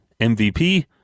MVP